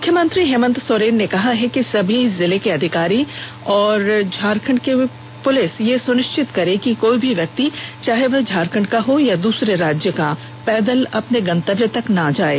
मुख्यमंत्री हेमन्त सोरेन ने कहा है कि सभी जिला के अधिकारी और झारखण्ड पुलिस यह सुनिश्चित करे कि कोई भी व्यक्ति चाहे वह झारखण्ड का हो या दूसरे राज्य का पैदल अपने गंतव्य को ना जाये